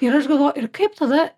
ir aš galvojau ir kaip tada